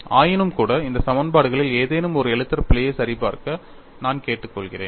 ஆயினும்கூட இந்த சமன்பாடுகளில் ஏதேனும் ஒரு எழுத்தர் பிழையை சரிபார்க்க நான் கேட்டுக்கொள்கிறேன்